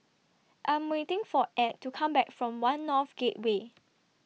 I Am waiting For Add to Come Back from one North Gateway